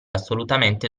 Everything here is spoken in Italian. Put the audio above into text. assolutamente